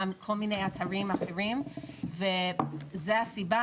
גם כל מיני אתרים אחרים וזה הסיבה